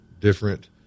different